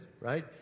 right